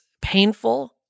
painful